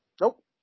Nope